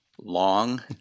Long